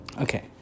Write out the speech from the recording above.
Okay